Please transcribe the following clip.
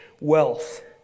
wealth